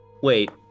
wait